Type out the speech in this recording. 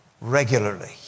regularly